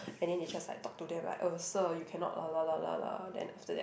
and then they just like talk to them like uh sir you cannot la la la la la then after that